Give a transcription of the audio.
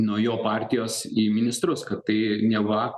nuo jo partijos į ministrus kad tai neva